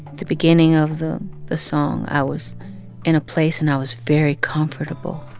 the beginning of the the song, i was in a place, and i was very comfortable.